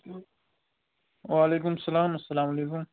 وَعلیکُم سَلام اَسلامُ علیکُم